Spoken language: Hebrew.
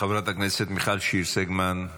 חברת הכנסת מיכל שיר סגמן,